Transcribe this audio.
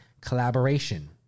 collaboration